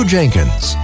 Jenkins